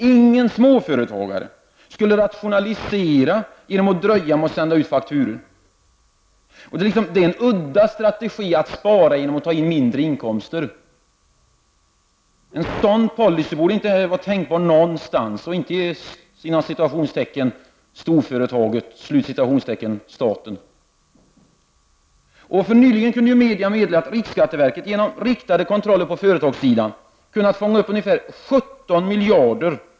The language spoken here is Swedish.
Ingen småföretagare skulle heller rationalisera genom att dröja med att sända ut fakturor. Det är en udda strategi att spara genom att ta in mindre inkomster. En sådan policy borde inte vara tänkbar någonstans och absolut inte i ”storföretaget” staten. Nyligen kunde media meddela att riksskatteverket genom riktade kontroller på företagssidan fångat upp ca 17 miljarder kronor.